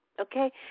okay